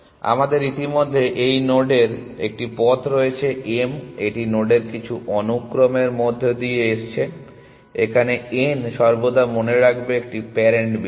আমাদের ইতিমধ্যেই এই নোডের একটি পথ রয়েছে m এটি নোডের কিছু অনুক্রমের মধ্য দিয়ে আসছে এখানে n সর্বদা মনে রাখবে একটি প্যারেন্ট বিন্দু